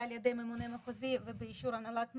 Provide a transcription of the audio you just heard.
על ידי ממונה מחוזי ובאישור הנהלת מחוז.